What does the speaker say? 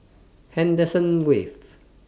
Henderson Wave